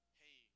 hey